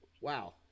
Wow